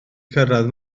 gyrraedd